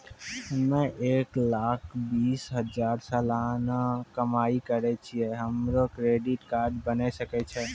हम्मय एक लाख बीस हजार सलाना कमाई करे छियै, हमरो क्रेडिट कार्ड बने सकय छै?